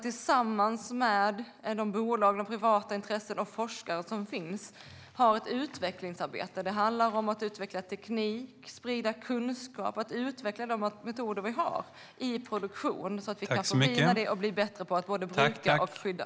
Tillsammans med de bolag, privata intressen och forskare som finns har man ett utvecklingsarbete. Det handlar om att utveckla teknik, sprida kunskap och utveckla de metoder vi har i produktion så att vi kan förfina det och bli bättre på att både bruka och skydda.